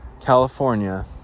california